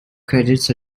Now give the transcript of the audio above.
credits